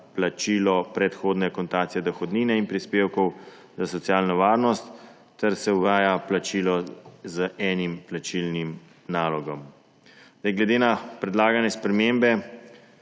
plačilo predhodne akontacije dohodnine in prispevkov za socialno varnost ter se uvaja plačilo z enim plačilnim nalogom. Glede na predlagane spremembe